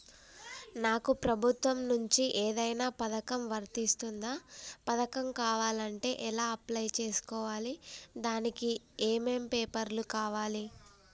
నాకు ప్రభుత్వం నుంచి ఏదైనా పథకం వర్తిస్తుందా? పథకం కావాలంటే ఎలా అప్లై చేసుకోవాలి? దానికి ఏమేం పేపర్లు కావాలి?